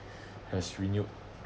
has renewed